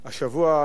אדוני היושב-ראש,